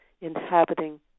inhabiting